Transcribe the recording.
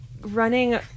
running